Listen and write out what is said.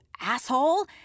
asshole